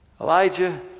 Elijah